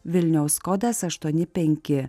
vilniaus kodas aštuoni penki